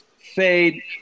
fade